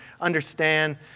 understand